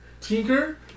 Tinker